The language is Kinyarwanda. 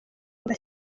amb